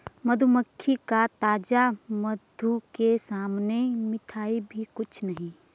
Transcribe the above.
मधुमक्खी का ताजा मधु के सामने मिठाई भी कुछ नहीं